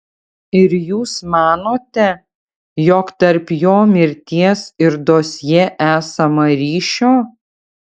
ir jūs manote jog tarp jo mirties ir dosjė esama ryšio